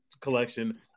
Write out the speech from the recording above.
collection